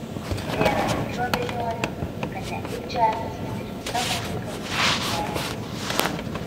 nėra jokių abejonių kad ne tik džiazas bet ir visa muzika jungia žmonės